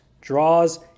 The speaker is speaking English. Draws